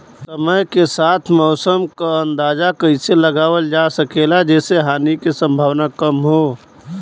समय के साथ मौसम क अंदाजा कइसे लगावल जा सकेला जेसे हानि के सम्भावना कम हो?